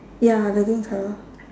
ya the green colour